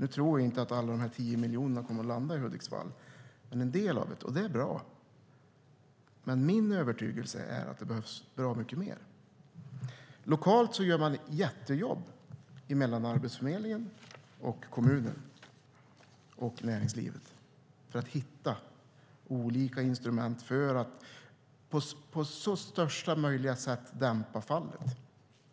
Jag tror inte att alla de här tio miljonerna kommer att landa i Hudiksvall. En del av dem kommer att göra det, och det är bra. Men min övertygelse är att det behövs mycket mer. Lokalt gör Arbetsförmedlingen, kommunen och näringslivet ett jättejobb för att hitta olika instrument för att dämpa fallet så mycket som